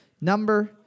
number